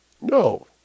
No